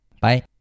Bye